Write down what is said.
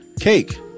Cake